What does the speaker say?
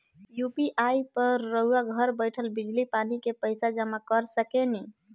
UPI पर रउआ घर बईठल बिजली, पानी के पइसा जामा कर सकेनी